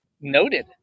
Noted